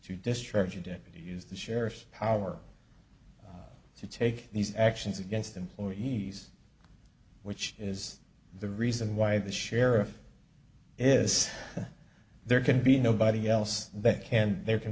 to distribute it to use the sheriff's power to take these actions against employee s which is the reason why the sheriff is there can be nobody else that can there can